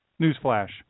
newsflash